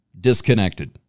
disconnected